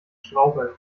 straucheln